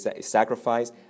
sacrifice